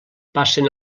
passen